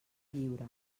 lliure